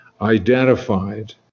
identified